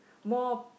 more